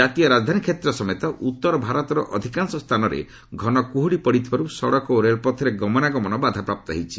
ଜାତୀୟ ରାଜଧାନୀ କ୍ଷେତ୍ର ସମେତ ଉତ୍ତର ଭାରତର ଅଧିକାଂଶ ସ୍ଥାନରେ ଘଡ଼କୁହୁଡ଼ି ପଡ଼ିଥିବାରୁ ସଡ଼କ ଓ ରେଳପଥରେ ଗମନାଗମନ ବାଧାପ୍ରାପ୍ତ ହୋଇଛି